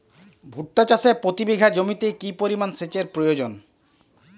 ভুট্টা চাষে প্রতি বিঘাতে কি পরিমান সেচের প্রয়োজন?